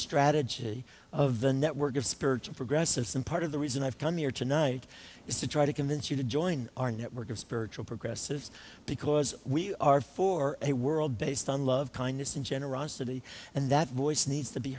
strategy of the network of spiritual progressive some part of the reason i've come here tonight is to try to convince you to join our network of spiritual progressive because we are for a world based on love kindness and generosity and that voice needs to be